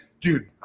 dude